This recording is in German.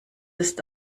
ist